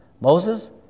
Moses